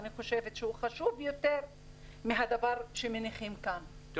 אני חושבת שהוא חשוב יותר מהדבר שמניחים כאן -- אתה